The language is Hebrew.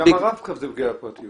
מחקר הוא דבר מאוד מאוד חשוב.